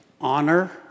honor